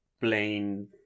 plain